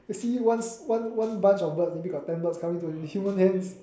see one one one bunch of birds maybe got ten birds coming to you with human hands